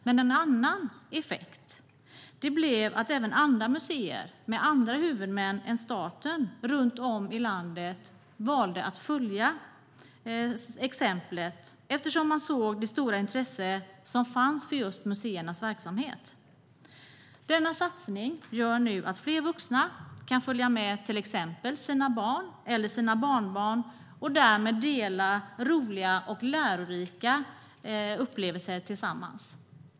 Men en annan effekt blev att även andra museer runt om i landet, med andra huvudmän än staten, valde att följa exemplet eftersom man såg det stora intresse som fanns för just museernas verksamhet. Denna satsning gör nu att fler vuxna kan följa med till exempel sina barn eller barnbarn och därmed dela roliga och lärorika upplevelser.